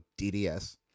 DDS